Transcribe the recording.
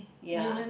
ya